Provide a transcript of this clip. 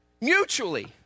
mutually